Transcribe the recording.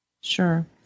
Sure